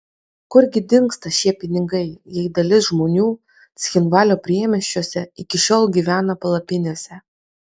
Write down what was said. kur gi dingsta šie pinigai jei dalis žmonių cchinvalio priemiesčiuose iki šiol gyvena palapinėse